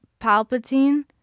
Palpatine